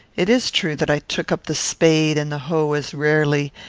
it is true that i took up the spade and the hoe as rarely,